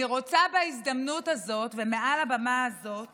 אני רוצה בהזדמנות הזאת ומעל הבימה הזאת